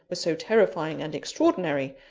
was so terrifying and extraordinary,